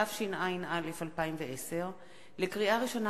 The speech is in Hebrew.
התשע”א 2010. לקריאה ראשונה,